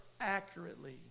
accurately